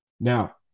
Now